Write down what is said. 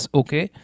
okay